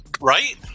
Right